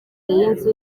y’inzu